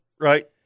Right